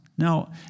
Now